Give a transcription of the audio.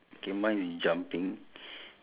ya I I I circle the sign board also